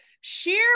share